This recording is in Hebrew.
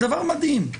דבר מדהים.